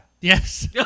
Yes